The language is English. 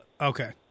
okay